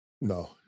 No